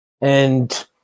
And-